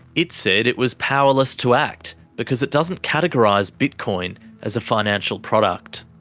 it said it was powerless to act because it doesn't categorise bitcoin as a financial product.